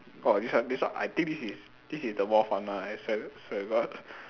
oh this one this one I think this is this is the more fun one I swear swear to god